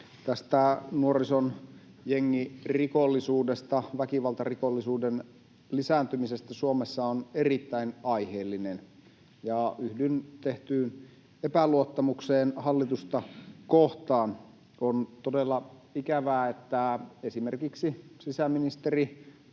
nuorison jengirikollisuudesta ja väkivaltarikollisuuden lisääntymisestä Suomessa on erittäin aiheellinen, ja yhdyn tehtyyn epäluottamukseen hallitusta kohtaan. On todella ikävää, että esimerkiksi sisäministeri